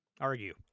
Argue